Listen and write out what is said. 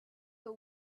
your